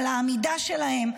על העמידה שלהם,